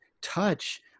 touch